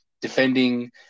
defending